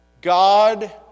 God